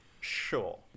Sure